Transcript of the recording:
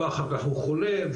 ואחר כך הוא חולה,